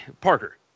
Parker